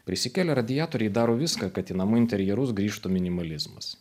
prisikelia radiatoriai daro viską kad į namų interjerus grįžtų minimalizmas